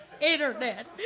internet